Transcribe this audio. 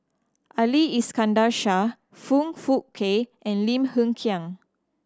Ali Iskandar Shah Foong Fook Kay and Lim Hng Kiang